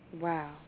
Wow